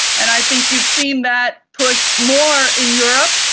and i think you've seen that push more in europe,